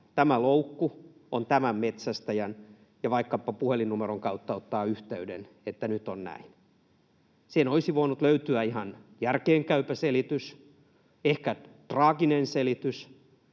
tämä loukku on tämän metsästäjän, ja olisi voinut vaikkapa puhelinnumeron kautta ottaa yhteyden, että nyt on näin. Siinä olisi voinut löytyä ihan järkeenkäypä selitys, ehkä traaginen selitys